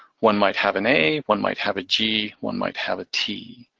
one might have an a, one might have a g, one might have a t.